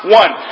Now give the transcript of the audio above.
one